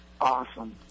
awesome